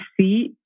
see